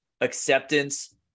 acceptance